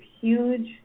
huge